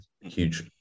huge